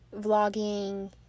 vlogging